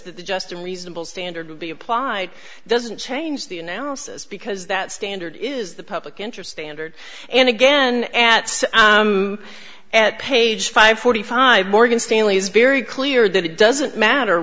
the just a reasonable standard would be applied doesn't change the analysis because that standard is the public interest standard and again at some at page five forty five morgan stanley is very clear that it doesn't matter